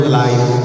life